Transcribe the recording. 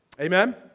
Amen